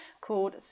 called